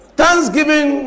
thanksgiving